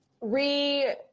re